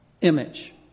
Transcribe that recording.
image